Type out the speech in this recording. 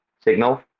Signal